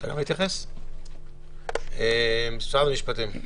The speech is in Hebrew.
משרד המשפטים.